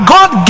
God